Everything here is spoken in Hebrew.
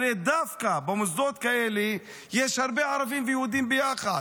הרי דווקא במוסדות כאלה יש הרבה ערבים ויהודים ביחד.